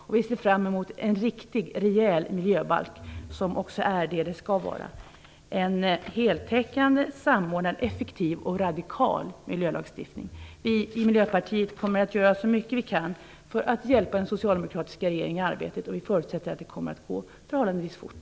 Dessutom ser vi fram emot en riktig, och en rejäl, miljöbalk som är vad den skall vara: en heltäckande, samordnad, effektiv och radikal miljölagstiftning. Vi i Miljöpartiet kommer att göra vad vi kan för att hjälpa den socialdemokratiska regeringen i det arbetet, och vi förutsätter att detta kommer att gå förhållandevis fort.